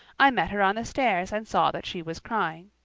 i met her on the stairs, and saw that she was crying.